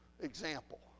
Example